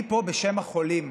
אני פה בשם החולים.